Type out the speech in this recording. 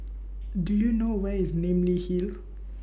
Do YOU know Where IS Namly Hill